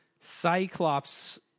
Cyclops